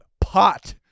pot